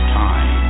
time